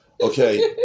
Okay